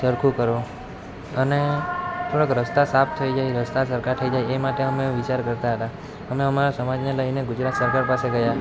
સરખું કરો અને થોડાંક રસ્તા સાફ થઈ રસ્તા સરખા થઈ જાય એ માટે અમે વિચાર કરતા હતા અમે અમારા સમાજને લઈને ગુજરાત સરકાર પાસે ગયા